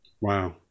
Wow